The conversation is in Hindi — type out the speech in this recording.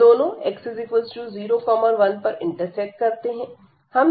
यह दोनों x0 1पर इंटरसेक्ट करते हैं